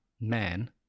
man